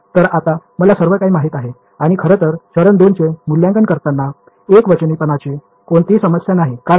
तर आता मला सर्व काही माहित आहे आणि खरं तर चरण 2 चे मूल्यांकन करताना एकवचनीपणाची कोणतीही समस्या नाही कारण